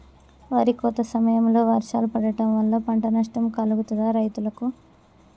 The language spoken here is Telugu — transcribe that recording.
వరి కోత సమయంలో వర్షాలు పడటం వల్ల పంట నష్టం కలుగుతదా రైతులకు?